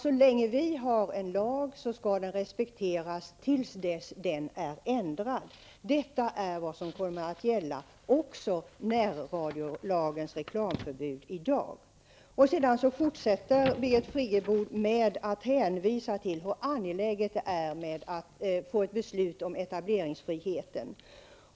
Så länge vi har en lag skall den respekteras, till dess att den ändras. Detta är vad som kommer att gälla också närradiolagens reklamförbud i dag. Birgit Friggebo fortsatte med att hänvisa till hur angeläget det är att få ett beslut om etableringsfriheten.